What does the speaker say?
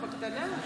בקטנה.